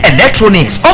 Electronics